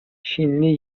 çinli